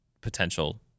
potential